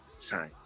shine